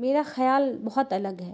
میرا خیال بہت الگ ہے